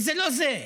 וזה לא זה.